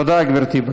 תודה, גברתי.